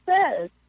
says